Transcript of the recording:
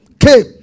Okay